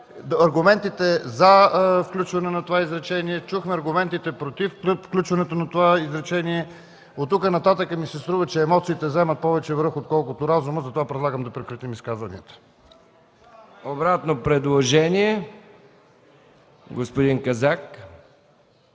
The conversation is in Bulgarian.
Обратно предложение – господин Казак.